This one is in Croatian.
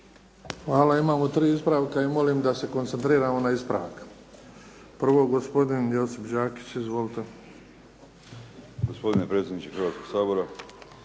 Hvala. Imamo tri ispravka i molim da se koncentriramo na ispravak. Prvo gospodin Josip Đakić. Izvolite. **Đakić, Josip (HDZ)** Gospodine predsjedniče Hrvatskog sabora.